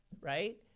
right